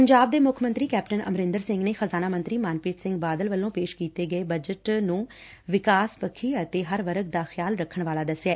ਪੰਜਾਬ ਦੇ ਮੁੱਖ ਮੰਤਰੀ ਕੈਪਟਨ ਅਮਰਿੰਦਰ ਸਿੰਘ ਨੇ ਖਜ਼ਾਨਾ ਮੰਤਰੀ ਮਨਪ੍ਰੀਤ ਸਿੰਘ ਬਾਦਲ ਵੱਲੋ ਪੇਸ਼ ਕੀਤੇ ਗਏ ਬਜਟ ਨੰ ਵਿਕਾਸਪੱਖੀ ਅਤੇ ਹਰ ਵਰਗ ਦਾ ਖਿਆਲ ਰੱਖਣ ਵਾਲਾ ਦਸਿਐ